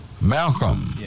Malcolm